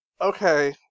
Okay